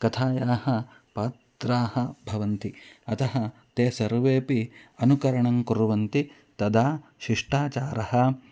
कथायाः पात्राणि भवन्ति अतः ते सर्वेऽपि अनुकरणं कुर्वन्ति तदा शिष्टाचारः